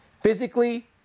Physically